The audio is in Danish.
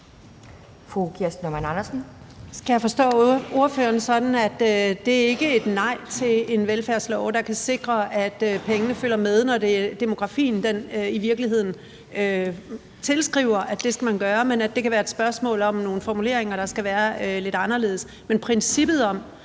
Kirsten Normann Andersen (SF): Skal jeg forstå ordføreren sådan, at det ikke er et nej til en velfærdslov, der kan sikre, at pengene følger med, når demografien i virkeligheden tilsiger, at det skal man gøre, men at det kan være et spørgsmål om nogle formuleringer, der skal være lidt anderledes – men at princippet om,